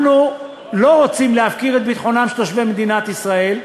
אנחנו לא רוצים להפקיר את ביטחונם של תושבי מדינת ישראל,